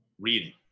reading